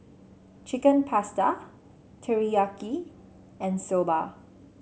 Chicken Pasta Teriyaki and Soba